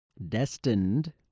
destined